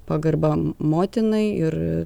pagarba motinai ir